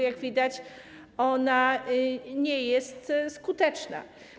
Jak widać, ona nie jest skuteczna.